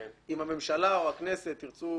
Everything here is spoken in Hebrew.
אם הממשלה או הכנסת ירצו